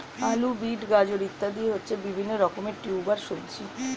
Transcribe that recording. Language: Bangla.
আলু, বিট, গাজর ইত্যাদি হচ্ছে বিভিন্ন রকমের টিউবার সবজি